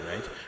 right